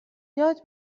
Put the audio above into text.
یاد